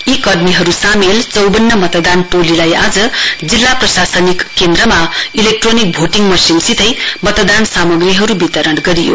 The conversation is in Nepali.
यी कर्मीहरु सामेल चौवन्न मतदान टोलीलाई आज जिल्ला प्रशासनिक केन्द्रमा इलेक्ट्रोनिक भोटिङ मशिनसितै मतदान सामग्रीहरु वितरण गरियो